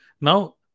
now